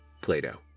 Plato